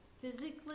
physically